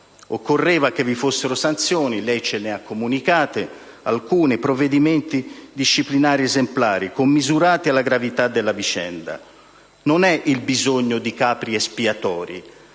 Occorreva che vi fossero sanzioni, e lei ce ne ha comunicate alcune, provvedimenti disciplinari esemplari commisurati alla gravità della vicenda. Non è il bisogno di capri espiatori